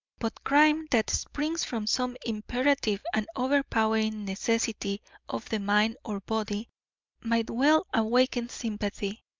but crime that springs from some imperative and overpowering necessity of the mind or body might well awaken sympathy,